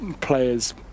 players